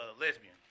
lesbian